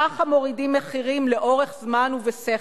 כך מורידים מחירים לאורך זמן בשכל.